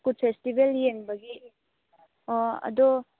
ꯀꯨꯠ festival ꯌꯦꯡꯕꯒꯤ ꯑꯣ ꯑꯗꯣ